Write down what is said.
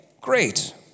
great